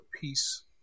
peace